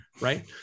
right